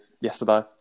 yesterday